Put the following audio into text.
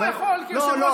הוא יכול כיושב-ראש כנסת,